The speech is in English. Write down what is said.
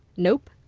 nope.